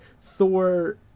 thor